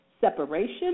separation